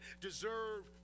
Deserve